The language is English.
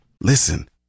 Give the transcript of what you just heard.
Listen